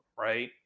right